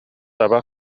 таба